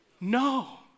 no